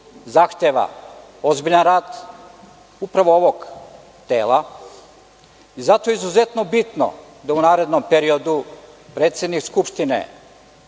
zahteva ozbiljan rad upravo ovog tela i zato je izuzetno bitno da u narednom periodu predsednik Skupštine